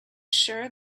sure